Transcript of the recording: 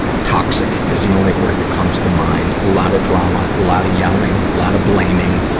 and toxic is the only word that comes to mind. lotta drama, lotta yelling, lotta blaming,